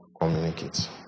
communicate